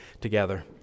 together